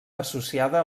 associada